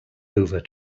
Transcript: over